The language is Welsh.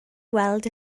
weld